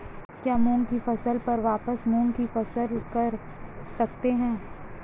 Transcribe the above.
क्या मूंग की फसल पर वापिस मूंग की फसल कर सकते हैं?